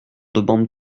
demande